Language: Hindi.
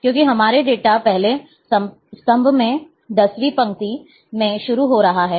क्योंकि हमारा डेटा पहले स्तंभ में और दसवीं पंक्ति में शुरू हो रहा है